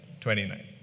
29